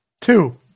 Two